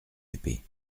épée